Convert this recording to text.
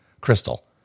Crystal